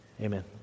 Amen